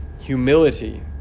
humility